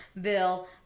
Bill